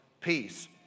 Peace